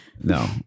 no